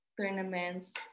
tournaments